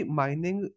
mining